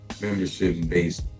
membership-based